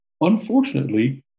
unfortunately